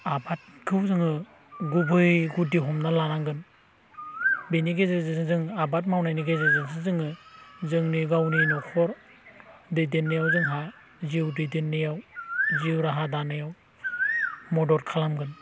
आबादखौ जोङो गुबै गुदि हमना लानांगोन बेनि गेजेरजोंनो जों आबाद मावनायनि गेजेरजोंसो जोङो जोंनि गावनि न'खर दैदेननायाव जोंहा जिउ दैदेननायाव जिउ राहा दानायाव मदद खालामगोन